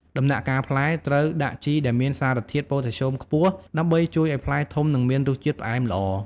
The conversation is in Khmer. ដំណាក់កាលផ្លែ ត្រូវដាក់ជីដែលមានសារធាតុ ប៉ូតាស្យូមខ្ពស់ ដើម្បីជួយឱ្យផ្លែធំ និងមានរសជាតិផ្អែមល្អ។